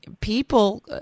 people